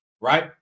right